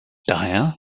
daher